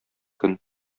көн